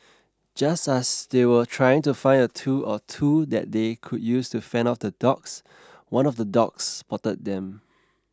just as they were trying to find a tool or two that they could use to fend off the dogs one of the dogs spotted them